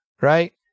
right